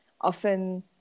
often